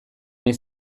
nahi